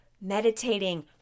meditating